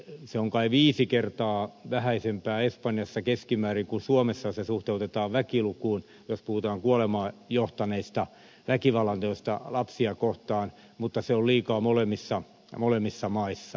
se on kai viisi kertaa vähäisempää espanjassa keskimäärin kuin suomessa kun se suhteutetaan väkilukuun jos puhutaan kuolemaan johtaneista väkivallanteoista lapsia kohtaan mutta se on liikaa molemmissa maissa